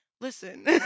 listen